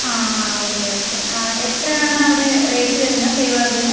ആ ആ okay okay എത്രയാണ് അവിടെ റേറ്റ് വരുന്നത് പേ വാർഡിന്